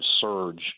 surge